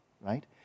right